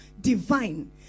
divine